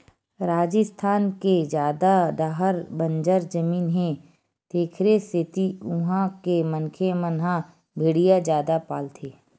राजिस्थान के जादा डाहर बंजर जमीन हे तेखरे सेती उहां के मनखे मन ह भेड़िया जादा पालथे